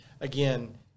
again